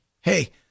hey